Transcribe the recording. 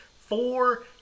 four